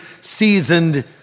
seasoned